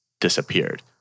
disappeared